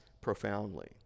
profoundly